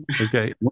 Okay